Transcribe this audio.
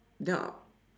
then a~